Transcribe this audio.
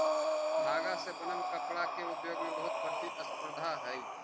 धागा से बनल कपडा के उद्योग में बहुत प्रतिस्पर्धा हई